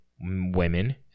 women